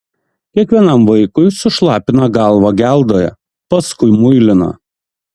kiekvienam vaikui sušlapina galvą geldoje paskui muilina